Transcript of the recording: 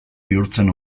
bihurtzen